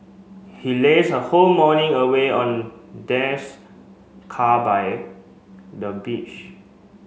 he lazed her whole morning away on car by the beach